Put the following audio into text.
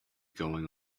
going